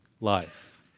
life